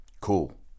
Cool